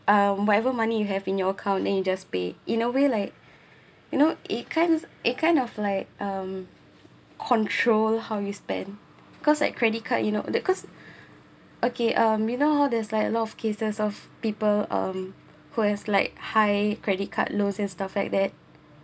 um whatever money you have in your account then you just pay in a way like you know it kind it kind of like um control how you spend cause like credit card you know that cause okay um you know how there's like a lot of cases of people um who has like high credit card loans and stuff like that